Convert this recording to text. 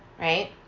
Right